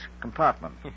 compartment